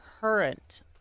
current